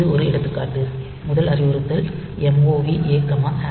இது ஒரு எடுத்துக்காட்டு முதல் அறிவுறுத்தல் MOV A 3